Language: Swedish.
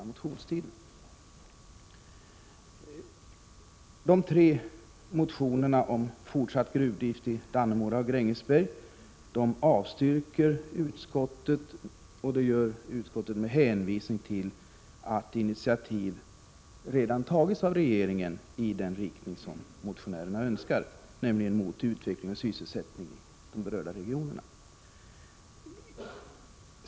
Utskottet avstyrker de tre motionerna om fortsatt gruvdrift i Dannemora och Grängesberg med hänvisning till att initiativ redan tagits av regeringen i den riktning motionärerna önskar, nämligen för utveckling av sysselsättningen i de berörda regionerna.